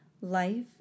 life